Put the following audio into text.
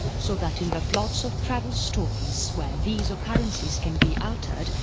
so that in the plots of travel stories where these occurrences can be altered,